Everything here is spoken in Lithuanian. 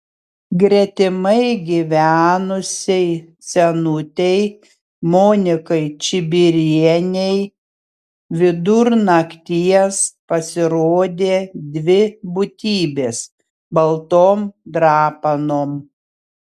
gretimai gyvenusiai senutei monikai čibirienei vidur nakties pasirodė dvi būtybės baltom drapanom